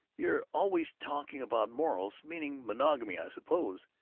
you're always talking about morals' meaning monogamy, i suppose.